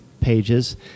pages